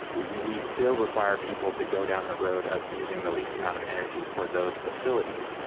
we still require people to go down the road of using the least amount of energy for those facilities.